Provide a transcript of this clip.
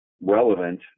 relevant